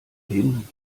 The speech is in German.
hin